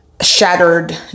shattered